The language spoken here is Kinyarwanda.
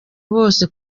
bose